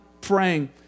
praying